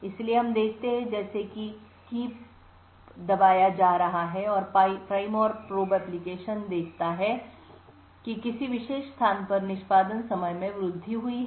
इसलिए हम देखते हैं कि जैसा कि कुंजी दबाया जा रहा है प्राइम और प्रोब एप्लीकेशन देखता है कि किसी विशेष स्थान पर निष्पादन समय में वृद्धि हुई है